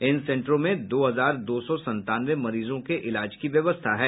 इन सेन्टरों में दो हजार दो सौ संतानवे मरीजों के इलाज की व्यवस्था है